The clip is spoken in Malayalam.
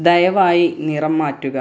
ദയവായി നിറം മാറ്റുക